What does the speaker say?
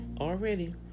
already